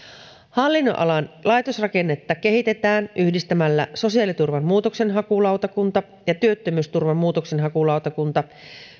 hallinnonalan laitosrakennetta kehitetään yhdistämällä sosiaaliturvan muutoksenhakulautakunta ja työttömyysturvan muutoksenhakulautakunta